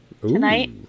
tonight